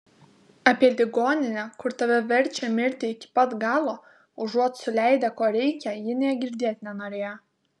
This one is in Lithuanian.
apie ligoninę kur tave verčia mirti iki pat galo užuot suleidę ko reikia ji nė girdėt nenorėjo